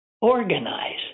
organize